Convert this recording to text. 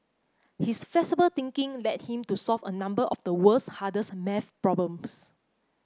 his flexible thinking led him to solve a number of the world's hardest math problems